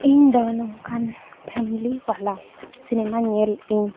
ᱤᱧᱫᱚ ᱱᱚᱝᱠᱟᱱ ᱵᱟᱞᱟ ᱧᱮᱞ ᱤᱧ